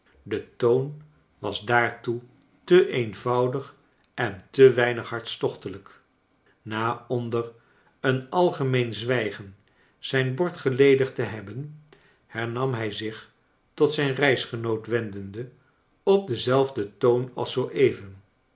de toon was daartoe te eenvoudig en te weinig hartstochtelijk na onder een algemeen zwijgen zijn bord geledigd te hebben hernam hij zich tot zijn reisgenoot wendende op denzelfden toon als zoo even